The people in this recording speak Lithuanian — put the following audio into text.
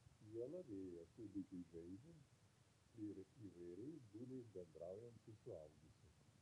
jie lavėja kūdikiui žaidžiant ir įvairiais būdais bendraujant su suaugusiu